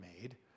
made